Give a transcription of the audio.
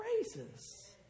praises